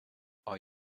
are